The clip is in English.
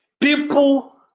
people